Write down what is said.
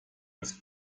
ist